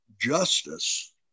justice